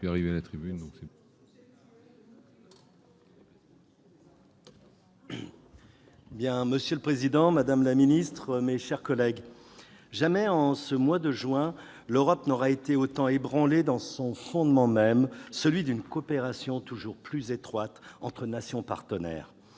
Monsieur le président, madame la ministre, mes chers collègues, jamais, en ce mois de juin, l'Europe n'aura été autant ébranlée dans son fondement même, celui d'une coopération toujours plus étroite entre nations partenaires.